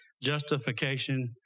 justification